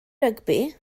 rygbi